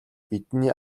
бидний